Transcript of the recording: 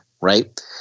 right